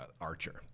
Archer